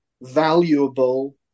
valuable